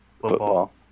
football